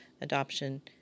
adoption